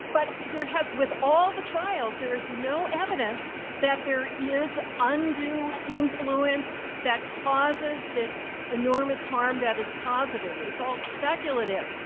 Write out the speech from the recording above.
but there has with all the trials there is no evidence that there is undue influence that causes this enormous harm that is positive. it's all speculative,